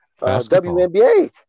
WNBA